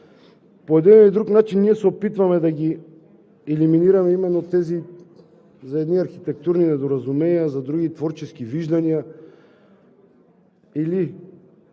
По един или друг начин ние се опитваме да ги елиминираме именно тези – за едни архитектурни недоразумения, а за други творчески виждания, или